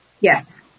Yes